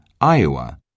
Iowa